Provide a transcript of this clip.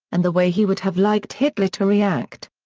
and the way he would have liked hitler to react.